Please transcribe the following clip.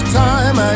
time